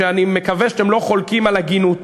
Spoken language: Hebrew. אני מקווה שאתם לא חולקים על הגינותו,